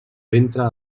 ventre